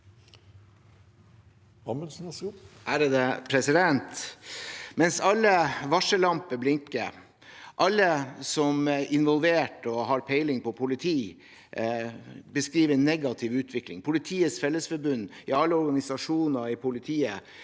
(FrP) Alle varsel- lamper blinker. Alle som er involvert og har peiling på politi, beskriver en negativ utvikling. Politiets Fellesforbund – ja, alle organisasjoner i politiet